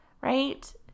right